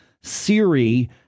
Siri